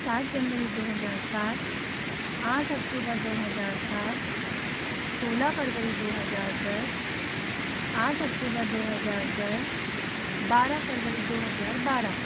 सात जनवरी दो हज़ार सात आठ अक्टूबर दो हज़ार सात सोलह फ़रवरी दो हज़ार दस आठ अक्टूबर दो हज़ार दस बारह फ़रवरी दो हज़ार बारह